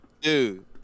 Dude